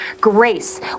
grace